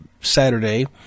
Saturday